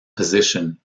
position